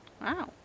wow